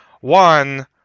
one